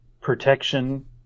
Protection